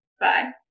Bye